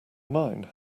mine